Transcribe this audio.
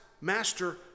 master